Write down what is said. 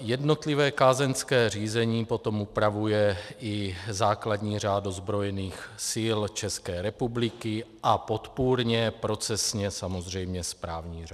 Jednotlivé kázeňské řízení potom upravuje i základní řád ozbrojených sil České republiky a podpůrně procesně samozřejmě správní řád.